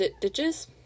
ditches